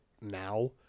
now